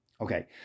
Okay